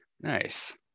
nice